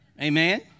Amen